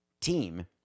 team